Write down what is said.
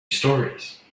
stories